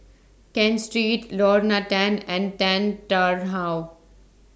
Ken Street Lorna Tan and Tan Tarn How